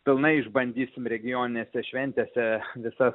pilnai išbandysim regioninėse šventėse visą